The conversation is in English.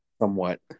somewhat